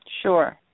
Sure